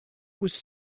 was